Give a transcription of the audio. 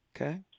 Okay